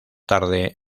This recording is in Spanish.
tarde